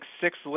six